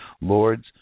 Lord's